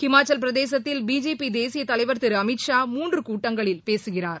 இமாச்சல் பிரதேசத்தில் பிஜேபி தேசிய தலைவர் திரு அமித்ஷா மூன்று கூட்டங்களில் பேசுகிறார்